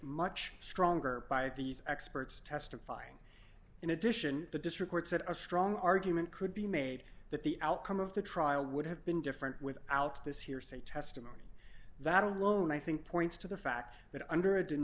much stronger by these experts testifying in addition the district court said a strong argument could be made that the outcome of the trial would have been different without this hearsay testimony that alone i think points to the fact that under a didn't